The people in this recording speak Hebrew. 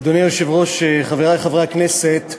אדוני היושב-ראש, חברי חברי הכנסת,